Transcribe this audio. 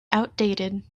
outdated